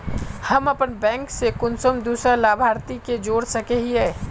हम अपन बैंक से कुंसम दूसरा लाभारती के जोड़ सके हिय?